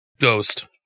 Ghost